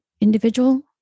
individual